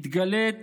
מתגלית